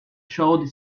showed